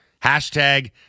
Hashtag